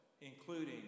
including